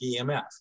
emf